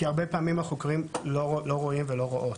כי הרבה פעמים החוקרים לא רואים ולא רואות.